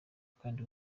kandi